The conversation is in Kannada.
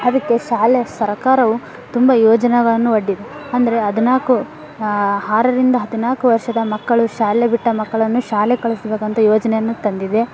ಅದಕ್ಕೆ ಶಾಲೆ ಸರ್ಕಾರವು ತುಂಬ ಯೋಜನೆಗಳನ್ನು ಒಡ್ಡಿದೆ ಅಂದರೆ ಹದಿನಾಲ್ಕು ಆರರಿಂದ ಹದಿನಾಲ್ಕು ವರ್ಷದ ಮಕ್ಕಳು ಶಾಲೆ ಬಿಟ್ಟ ಮಕ್ಕಳನ್ನು ಶಾಲೆ ಕಳ್ಸಬೇಕಂತ ಯೋಜನೆಯನ್ನು ತಂದಿದೆ